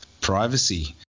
privacy